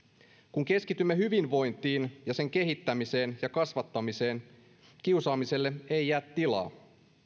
kun keskitymme hyvinvointiin ja sen kehittämiseen ja kasvattamiseen kiusaamiselle ei jää tilaa